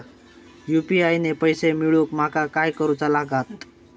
UPI ने पैशे मिळवूक माका काय करूचा लागात?